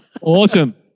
Awesome